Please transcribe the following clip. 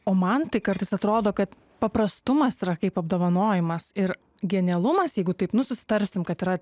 o man tai kartais atrodo kad paprastumas yra kaip apdovanojimas ir genialumas jeigu taip nu susitarsime kad yra